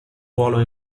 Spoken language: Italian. ruolo